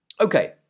Okay